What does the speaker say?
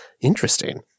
Interesting